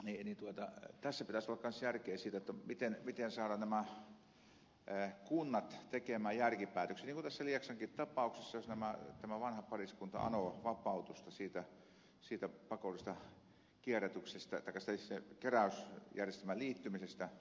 tässä pitäisi olla kanssa järkeä siinä miten saadaan nämä kunnat tekemään järkipäätöksiä niin kuin tässä lieksankin tapauksissa jos tämä vanha pariskunta anoo vapautusta siitä pakollisesta keräysjärjestelmään liittymisestä